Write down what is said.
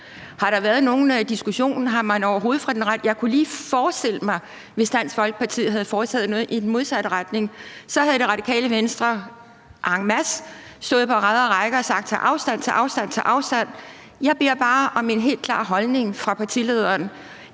Har der været nogen diskussion? Jeg kunne lige forestille mig, at hvis Dansk Folkeparti havde foretaget sig noget i den modsatte retning, havde Det Radikale Venstre en masse stået på rad og række og sagt: Tag afstand, tag afstand, tag afstand. Jeg beder bare om en helt klar holdning fra partilederen.